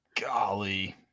Golly